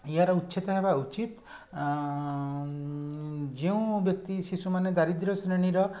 ଏହାର ଉଛେଦ ହେବା ଉଚିତ ଯେଉଁ ବ୍ୟକ୍ତି ଶିଶୁମାନେ ଦାରିଦ୍ର୍ୟ ଶ୍ରେଣୀର